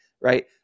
right